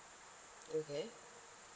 okay